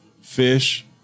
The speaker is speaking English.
Fish